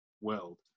world